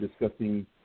discussing